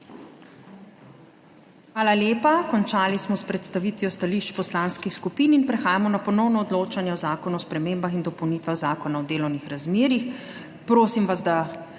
Hvala lepa. Končali smo s predstavitvijo stališč poslanskih skupin. Prehajamo na ponovno odločanje o Zakonu o spremembah in dopolnitvah Zakona o delovnih razmerjih. Prosim vas, da